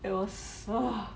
it was